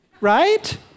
right